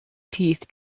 teeth